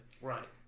Right